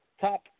top